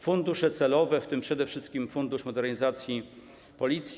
Fundusze celowe, w tym przede wszystkim Fundusz Modernizacji Policji.